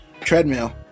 treadmill